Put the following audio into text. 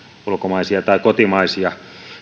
ulkomaisia tai kotimaisia